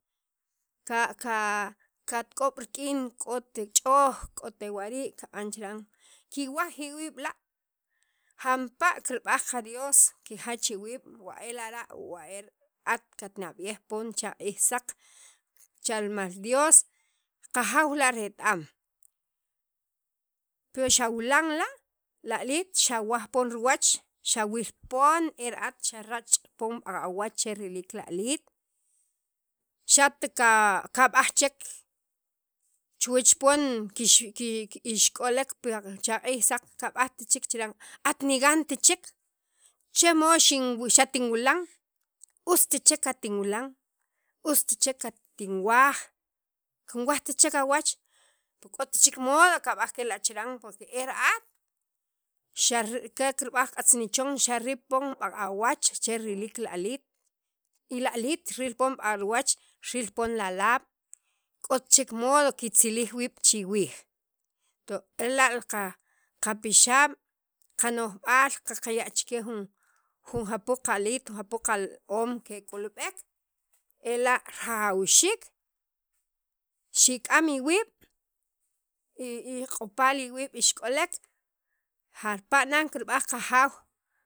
ka ka katk'ob' rik'in k'ot ch'ooj k'ot ewa' rii' kab'an chiran kiwaj iwiib'b'la' jampa' kirb'aj li qa Dios kijach iwiib' wa e lara' wa e ra'at katnab'iyj poon cha q'iij saq chal mal Dios qajaaw la ret- am pi xawalan la' li aliil xawaj poon riwach xawil poon e ra'at xarach' poon ba'awach che riliik li aliit xaqt kab'aj chek chuwach poon kix ixk'olek pi chaq'ij saq at nigant chek che mood xatinwilan ust chek katinwilan ust chek katinwaj, kinwajt chek awach pero k'ot chek mod kab'aj kela' chiran por que era'at xarip ka kirb'aj q'atz ni chon xarip poon baq'awach che riliik li aliil y li aliit ril poon b'ariwach ril poon lalaab' k'ot chek mod kitzilij iwiib' chi wiij to ela' qapixaab' qano'jb'aal qaqiya' chikyan ju jupuu aliit jupuuq al oom kek'ulb'ek ela' rajawxiik xik'am iwiib' y k'apa' iwiiib' ix k'olek jarpa nan kirb'an qajaaw.